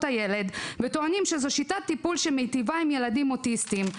הילד וטוענים שזו שיטת טיפול שמיטיבה עם ילדים אוטיסטים.